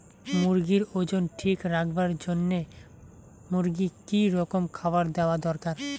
মুরগির ওজন ঠিক রাখবার জইন্যে মূর্গিক কি রকম খাবার দেওয়া দরকার?